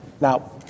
Now